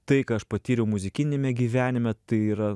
tai ką aš patyriau muzikiniame gyvenime tai yra